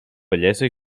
bellesa